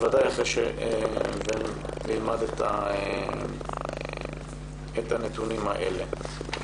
נלמד את הנתונים האלה.